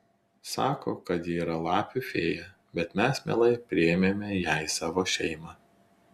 sako kad ji yra lapių fėja bet mes mielai priėmėme ją į savo šeimą